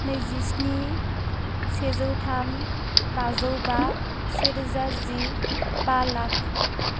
नैजिस्नि सेजौ थाम बाजौ बा सेरोजा जि बा लाख